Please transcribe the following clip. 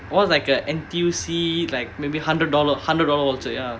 won like a N_T_U_C like maybe hundred dollar hundred dollar voucher ya